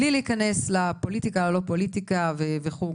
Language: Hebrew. בלי להיכנס לפוליטיקה או לא פוליטיקה וכו'.